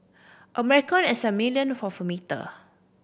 a micron is a millionth of a metre